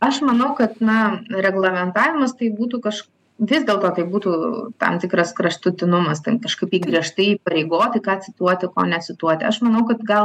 aš manau kad na reglamentavimas tai būtų kaž vis dėl ko tai būtų tam tikras kraštutinumas ten kažkaip tai griežtai įpareigoti ką cituoti ko necituoti aš manau kad gal